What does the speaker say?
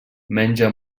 menja